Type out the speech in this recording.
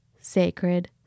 sacred